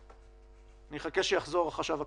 אני אחכה שיחזור החשב הכללי.